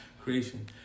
creation